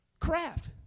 craft